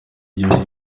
igihugu